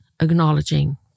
acknowledging